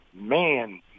Man